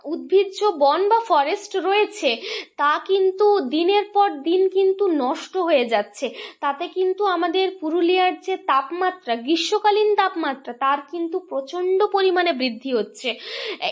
উদ্ভিজ্জ বন বা ফরেস্ট রয়েছে তা কিন্তু দিনের পর দিন কিন্তু নষ্ট হয়ে যাচ্ছে তাতে কিন্তু আমাদের পুরুলিয়ার যে তাপমাত্রা গীষ্মকালীন তাপমাত্রা তার কিন্তু প্রচণ্ড পরিমাণে বৃদ্ধি হচ্ছে